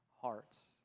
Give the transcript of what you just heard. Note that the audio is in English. hearts